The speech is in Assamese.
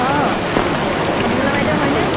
অঁ মণিমালা বাইদেউ হয়নে